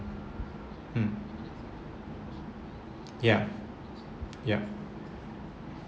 hmm ya yup